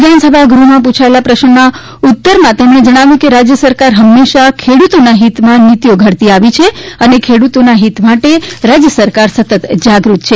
વિધાનસભા ગૃહમાં પુછાયેલા પ્રશ્નના ઉત્તર આપતાં જણાવ્યું હતું કે રાજ્ય સરકાર હંમેશા ખેડૂતોના હિતમાં નીતિઓ ઘડતી આવી છે અને ખેડૂતોના હિત માટે રાજ્ય સરકાર સતત જાગૃત છે